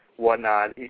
Whatnot